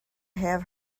have